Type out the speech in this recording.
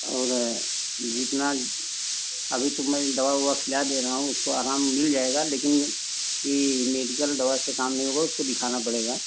अरे जितना अभी तो मैं दवा उवा खिला दे रहा हूँ उसको आराम मिल जाएगा लेकिन यह मेडिकल दवा से काम नहीं होगा उसको दिखाना पड़ेगा